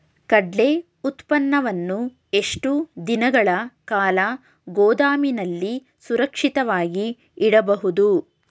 ಕಡ್ಲೆ ಉತ್ಪನ್ನವನ್ನು ಎಷ್ಟು ದಿನಗಳ ಕಾಲ ಗೋದಾಮಿನಲ್ಲಿ ಸುರಕ್ಷಿತವಾಗಿ ಇಡಬಹುದು?